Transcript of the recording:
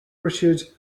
richard